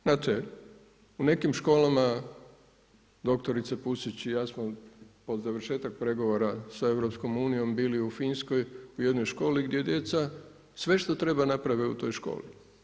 Znate u nekim školama doktorica Pusić i ja smo po završetak pregovora sa EU bili u Finskoj u jednoj školi, gdje djeca sve što treba naprave u toj školi.